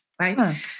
right